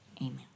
amen